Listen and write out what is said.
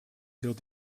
hield